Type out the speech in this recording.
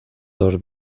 dos